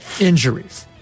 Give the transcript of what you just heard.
injuries